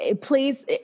Please